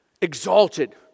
exalted